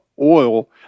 oil